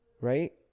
right